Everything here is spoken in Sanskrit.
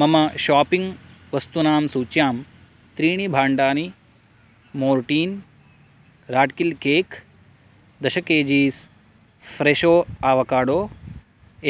मम शापिङ्ग् वस्तूनां सूच्यां त्रीणि भाण्डानि मोर्टीन् राट् किल् केक् दश केजीस् फ़्रेशो आवकाडो